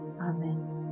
amen